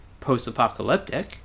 post-apocalyptic